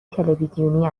تلویزیونی